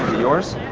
yours?